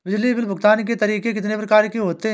बिजली बिल भुगतान के तरीके कितनी प्रकार के होते हैं?